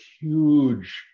huge